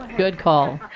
good call.